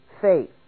Faith